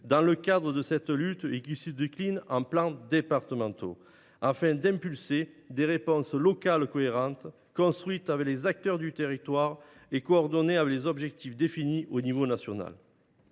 des actions menées et qui se décline en plans départementaux, afin de lancer des réponses locales cohérentes, construites avec les acteurs du territoire et coordonnées avec les objectifs définis à l’échelon national.